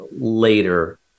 later